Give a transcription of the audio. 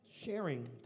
sharing